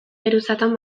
geruzatan